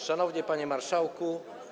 Szanowny Panie Marszałku!